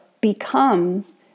becomes